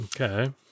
Okay